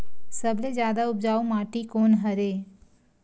सबले जादा उपजाऊ माटी कोन हरे?